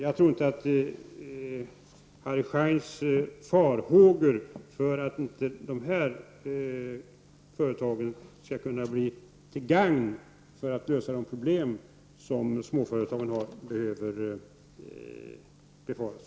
Jag tror inte att Harry Scheins farhågor för att inte dessa företag skall kunna bli till gagn när det gäller att lösa småföretagens problem behöver besannas.